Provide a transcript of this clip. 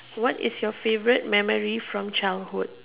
what is your favourite memory from childhood